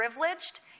privileged